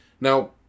Now